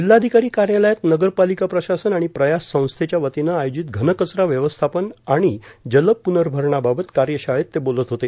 जिल्हाधिकारी कार्यालयात नगर पालिका प्रशासन आणि प्रयास संस्थेच्या वतीनं आयोजित घनकचरा व्यवस्थापन आणि जलप्नर्भरणाबाबत कार्यशाळेत ते बोलत होते